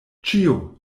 ĉio